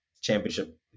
championship